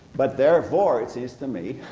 but therefore it seems to me,